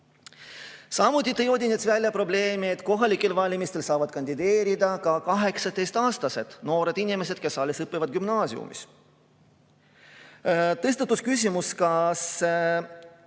Samuti tõi Odinets välja probleemi, et kohalikel valimistel saavad kandideerida ka 18-aastased noored inimesed, kes alles õpivad gümnaasiumis. Tõstatus küsimus, kas